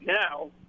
now